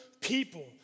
people